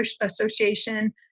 association